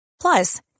Plus